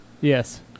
Yes